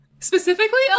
specifically